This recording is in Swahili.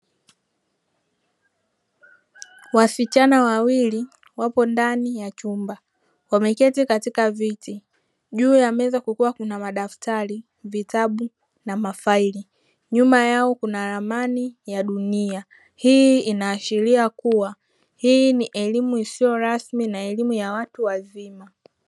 Wasichana wawili wapo ndani ya chumba, wameketi katika viti, juu ya meza kukiwa kuna madaftali, vitabu na mafaili, nyuma yao kuna ramani ya dunia, hii inaashiria kuwa hii ni elimu isiyo rasmi na elimu ya watu wazima.